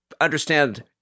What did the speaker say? understand